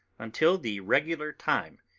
until the regular time,